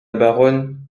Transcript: baronne